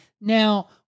Now